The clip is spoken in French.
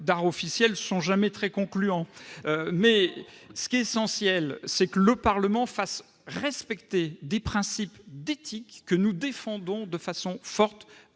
d'art officiel n'ont jamais été très concluants ! Ce qui est essentiel, c'est que le Parlement fasse respecter des principes d'éthique que nous défendons avec force